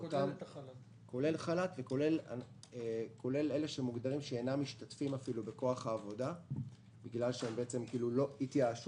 כולל חל"ת וכולל אלה שאינם משתתפים אפילו בכוח העבודה בגלל שהם התייאשו,